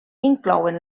inclouen